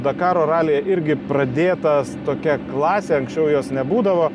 dakaro ralyje irgi pradėtas tokia klasė anksčiau jos nebūdavo